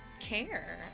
care